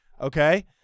Okay